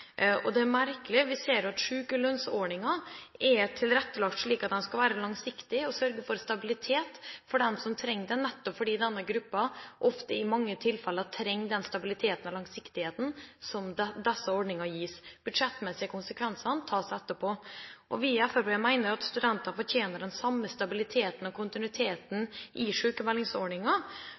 kommer. Det er merkelig: Vi ser at sykelønnsordningen er tilrettelagt slik at den skal være langsiktig og sørge for stabilitet for dem som trenger det, nettopp fordi denne gruppen i mange tilfeller ofte trenger den stabiliteten og langsiktigheten som disse ordningene gir. De budsjettmessige konsekvensene tas etterpå. Vi i Fremskrittspartiet mener at studenter fortjener den samme stabiliteten og kontinuiteten i